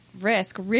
risk